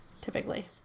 Typically